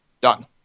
Done